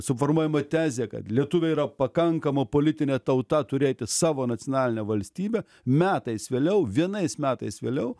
suformuojama tezė kad lietuviai yra pakankama politinė tauta turėti savo nacionalinę valstybę metais vėliau vienais metais vėliau